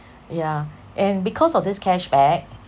yeah and because of this cashback